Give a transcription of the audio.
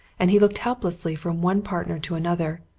and he looked helplessly from one partner to another.